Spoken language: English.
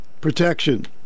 protection